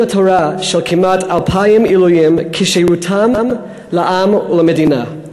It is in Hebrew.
התורה של כמעט 2,000 עילויים כשירותם לעם ולמדינה,